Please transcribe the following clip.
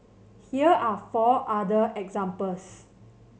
here are four other examples